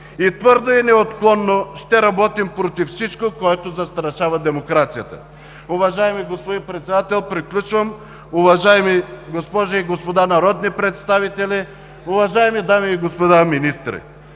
и твърдо, и неотклонно ще работим против всичко, което застрашава демокрацията. (Реплики от ГЕРБ: „Времето!“) Уважаеми господин Председател, приключвам. Уважаеми госпожи и господа народни представители, уважаеми дами и господа министри!